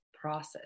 process